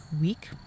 week